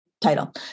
title